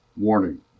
Warning